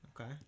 Okay